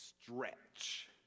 stretch